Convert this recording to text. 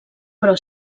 però